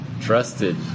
trusted